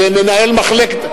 ומנהל מחלקת,